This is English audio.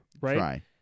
right